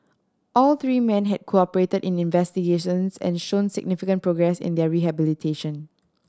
all three men had cooperated in investigations and shown significant progress in their rehabilitation